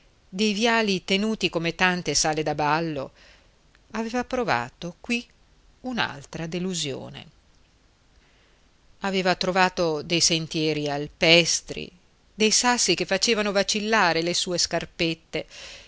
dei viali tenuti come tante sale da ballo aveva provata qui un'altra delusione aveva trovato dei sentieri alpestri dei sassi che facevano vacillare le sue scarpette